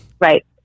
Right